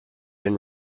been